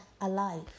alive